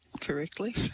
correctly